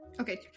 Okay